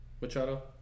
Machado